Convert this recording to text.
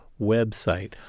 website